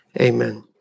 Amen